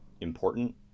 important